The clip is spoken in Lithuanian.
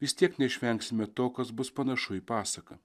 vis tiek neišvengsime to kas bus panašu į pasaką